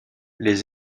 les